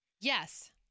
Yes